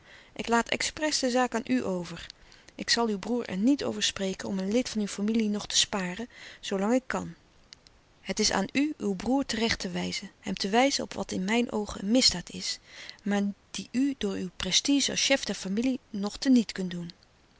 ik laat expres de zaak aan u over ik zal uw broêr er niet over spreken om een lid van uw familie nog te sparen zoolang ik kan het is aan u uw broêr terecht te wijzen hem te wijzen op wat in mijn oogen een misdaad is maar die u door uw prestige als chef der familie nog te niet kunt doen